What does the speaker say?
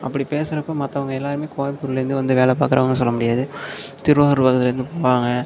அப்படி பேசுகிறப்ப மற்றவங்க எல்லாேருமே கோயம்புத்தூர்லேருந்து வந்து வேலை பார்க்குறவங்கன்னு சொல்லமுடியாது திருவாரூர் பகுதிலேருந்து போவாங்க